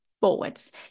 forwards